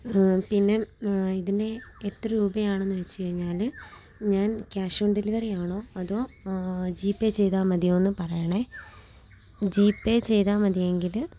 പിന്നെ ഇതിന് എത്ര രൂപയാണെന്ന് വച്ചു കഴിഞ്ഞാൽ ഞാൻ ക്യാഷ് ഓൺ ഡെലിവറിയാണോ അതോ ജി പേ ചെയ്താൽ മതിയോയെന്ന് പറയണേ ജി പേ ചെയ്താൽ മതിയെങ്കിൽ